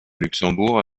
luxembourg